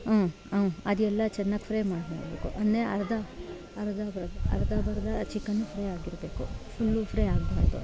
ಅದೆಲ್ಲ ಚೆನ್ನಾಗಿ ಫ್ರೈ ಮಾಡ್ಕೊಳ್ಬೇಕು ಅನ್ನೆ ಅರ್ಧ ಅರ್ಧ ಬರ್ದ ಅರ್ಧ ಬರ್ದ ಚಿಕನ್ ಫ್ರೈ ಆಗಿರಬೇಕು ಫುಲ್ಲು ಫ್ರೈ ಆಗಬಾರ್ದು ಅದು